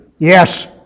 Yes